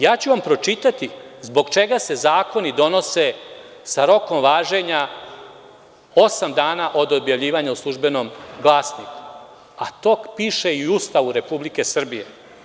Ja ću vam pročitati zbog čega se zakonidonose sa rokom važenja osam dana od objavljivanja u „Službenom glasniku“, a to piše i u Ustavu RS.